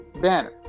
banner